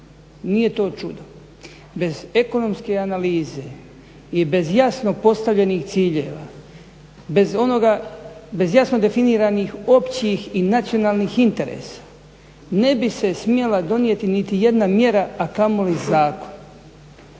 Nije to čudo. Bez ekonomske analize i bez jasno postavljenih ciljeva, bez jasno definiranih općih i nacionalnih interesa ne bi se smjela donijeti niti jedna mjera, a kamoli zakon.